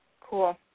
Cool